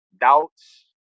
doubts